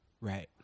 Right